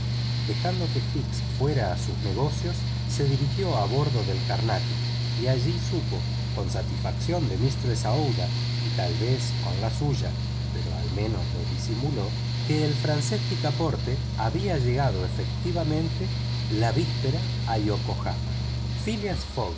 dejando que fix fuera a sus negocios se dirigió a bordo del carnatic y allí supo con satisfacción de mistres aouida y tal vez con la suya pero al menos lo disimuló que el francés picaporte había llegado efectivamente la víspera a yokohama phileas